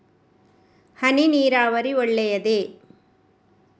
ಹನಿ ನೀರಾವರಿ ಒಳ್ಳೆಯದೇ?